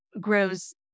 grows